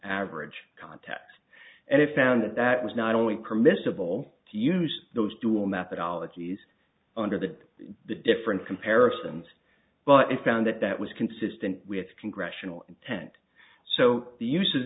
average contact and if found that that was not only permissible to use those dual methodologies under the different comparisons but it found that that was consistent with congressional intent so the us